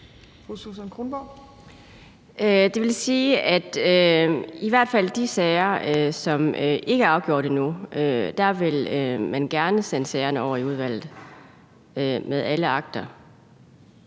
Det vil sige, at man i hvert fald i de sager, som ikke er afgjort endnu, gerne vil sende sagerne over i udvalget med alle akter.